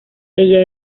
ella